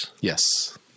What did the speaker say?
Yes